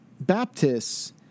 Baptists